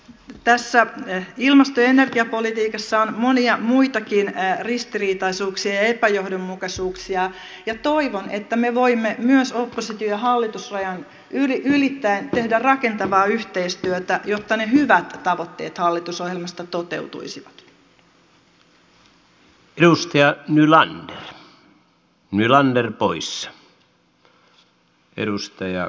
tässä ilmasto ja energiapolitiikassa on monia muitakin ristiriitaisuuksia ja epäjohdonmukaisuuksia ja toivon että me voimme myös oppositiohallitusrajan ylittäen tehdä rakentavaa yhteistyötä jotta ne hyvät tavoitteet hallitusohjelmasta toteutuisivat